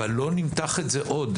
אבל לא נמתח את זה עוד.